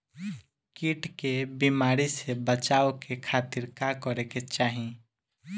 कीट के बीमारी से बचाव के खातिर का करे के चाही?